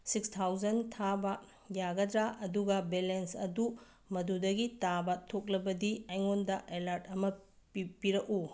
six thousand ꯊꯥꯕ ꯌꯥꯒꯗ꯭ꯔ ꯑꯗꯨꯒ ꯕꯦꯂꯦꯟꯁ ꯑꯗꯨ ꯃꯗꯨꯗꯒꯤ ꯇꯥꯕ ꯊꯣꯛꯂꯕꯗꯤ ꯑꯩꯉꯣꯟꯗ ꯑꯦꯂꯥꯔꯠ ꯑꯃ ꯄꯤꯔꯛꯎ